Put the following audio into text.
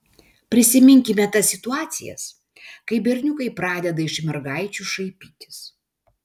prisiminkime tas situacijas kai berniukai pradeda iš mergaičių šaipytis